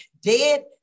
dead